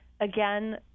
again